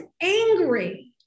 angry